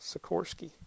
Sikorsky